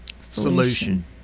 solution